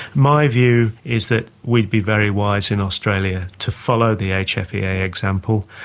my view is that we'd be very wise in australia to follow the hfea example.